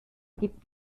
gibt